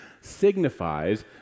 signifies